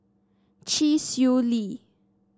Chee Swee Lee